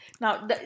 Now